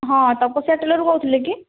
ହଁ ତପସ୍ୟା ଟେଲର୍ରୁ କହୁଥିଲେ କି